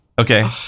Okay